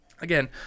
Again